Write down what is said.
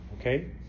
Okay